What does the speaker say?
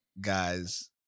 Guys